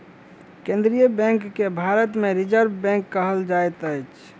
केन्द्रीय बैंक के भारत मे रिजर्व बैंक कहल जाइत अछि